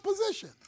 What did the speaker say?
position